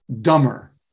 dumber